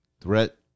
threat